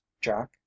jack